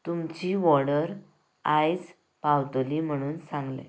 तुमची वाॅर्डर आयज पावतली म्हुणून सांगलें